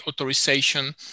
authorization